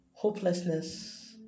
Hopelessness